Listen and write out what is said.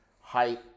height